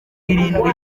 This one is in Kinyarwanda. irindwi